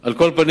על כל פנים,